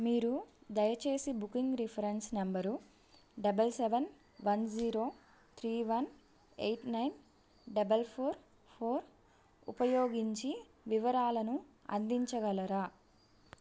మీరు దయచేసి booking reference number double seven one zero three one eight nine double four four ఉపయోగించి వివరాలను అందించగలరా